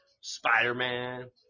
Spider-Man